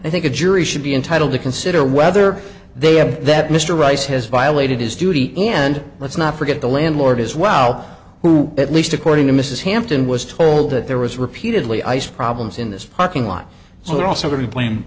i think a jury should be entitled to consider whether they have that mr rice has violated his duty and let's not forget the landlord as well who at least according to mrs hampton was told that there was repeatedly ice problems in this parking lot so